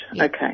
okay